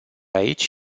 aici